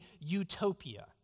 utopia